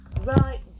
Right